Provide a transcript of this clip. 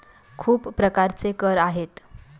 खूप प्रकारचे कर आहेत